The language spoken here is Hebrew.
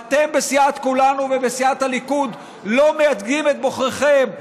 אתם בסיעת כולנו ובסיעת הליכוד לא מייצגים את בוחריכם.